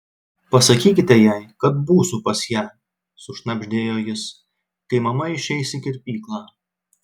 pasakykite jai kad būsiu pas ją sušnabždėjo jis kai mama išeis į kirpyklą